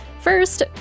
First